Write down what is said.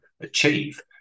achieve